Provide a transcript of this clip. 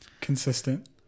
consistent